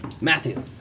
Matthew